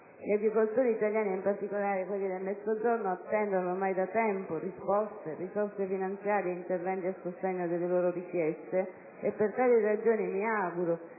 e per tali ragioni mi auguro